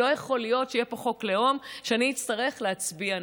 לא יכול להיות שיהיה פה חוק לאום שאני אצטרך להצביע נגדו.